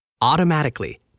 automatically